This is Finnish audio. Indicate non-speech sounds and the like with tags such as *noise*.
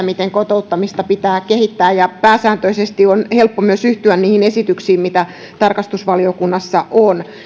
*unintelligible* miten kotouttamista pitää kehittää ja pääsääntöisesti on helppo myös yhtyä niihin esityksiin mitä tarkastusvaliokunnassa on